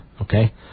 Okay